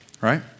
right